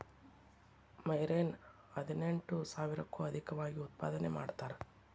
marine ಹದಿನೆಂಟು ಸಾವಿರಕ್ಕೂ ಅದೇಕವಾಗಿ ಉತ್ಪಾದನೆ ಮಾಡತಾರ